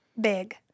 big